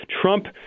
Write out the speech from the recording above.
Trump